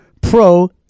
pro